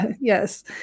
Yes